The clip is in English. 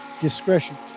discretion